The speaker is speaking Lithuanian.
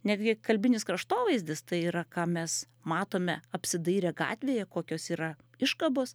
netgi kalbinis kraštovaizdis tai yra ką mes matome apsidairę gatvėje kokios yra iškabos